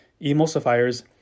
emulsifiers